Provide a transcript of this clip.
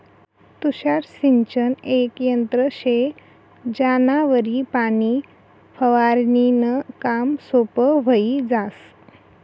तुषार सिंचन येक यंत्र शे ज्यानावरी पाणी फवारनीनं काम सोपं व्हयी जास